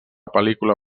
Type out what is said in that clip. pel·lícula